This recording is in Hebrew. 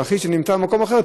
אחי שנמצא במקום אחר,